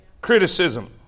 criticism